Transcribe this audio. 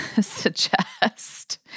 Suggest